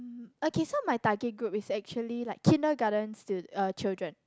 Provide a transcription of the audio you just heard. hmm okay so my target group is actually like kindergarten student uh children